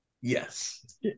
Yes